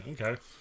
okay